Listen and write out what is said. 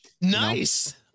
Nice